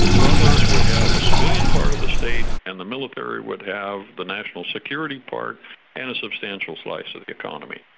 brothers would have a civilian part of the state, and the military would have the national security part and a substantial slice of the economy.